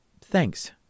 Thanks